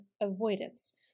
avoidance